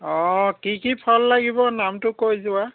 অঁ কি কি ফল লাগিব নামটো কৈ যোৱা